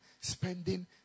spending